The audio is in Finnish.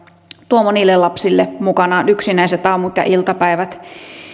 tuo monille lapsille mukanaan yksinäiset aamut ja iltapäivät